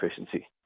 efficiency